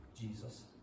Jesus